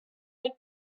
date